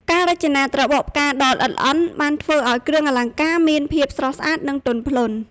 ការរចនាត្របកផ្កាដ៏ល្អិតល្អន់បានធ្វើឱ្យគ្រឿងអលង្ការមានភាពស្រស់ស្អាតនិងទន់ភ្លន់។